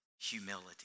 humility